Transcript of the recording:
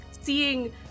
seeing